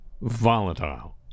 volatile